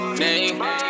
name